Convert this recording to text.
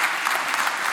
(מחיאות כפיים)